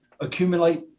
Accumulate